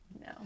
no